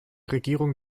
regierung